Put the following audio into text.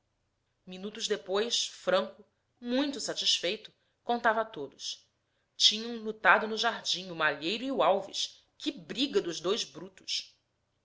minutos depois franco muito satisfeito contava a todos tinham lutado no jardim o malheiro e o alves que briga dos dois brutos